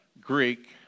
Greek